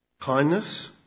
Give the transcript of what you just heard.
kindness